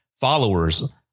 followers